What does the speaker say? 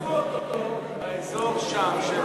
כי לחצו אותו באזור שם,